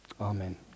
Amen